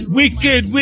wicked